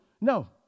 No